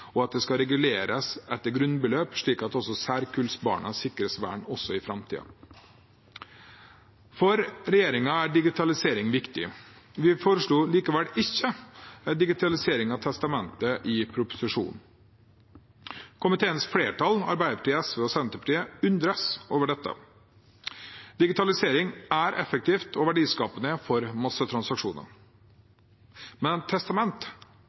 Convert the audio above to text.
og at det skal reguleres etter grunnbeløp, slik at også særkullsbarna sikres vern også i framtiden. For regjeringen er digitalisering viktig. Vi foreslo likevel ikke digitalisering av testamente i proposisjonen. Komiteens flertall, Arbeiderpartiet, SV og Senterpartiet, undres over dette. Digitalisering er effektivt og verdiskapende for massetransaksjoner, men